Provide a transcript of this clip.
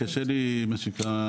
אני קשה לי עם השיטה,